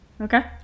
Okay